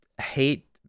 hate